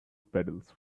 pedals